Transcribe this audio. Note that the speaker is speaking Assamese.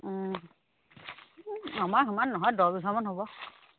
এই আমাৰ সিমান নহয় দহ বিঘামান হ'ব